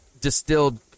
distilled